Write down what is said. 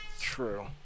True